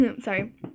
sorry